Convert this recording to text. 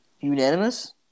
Unanimous